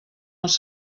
els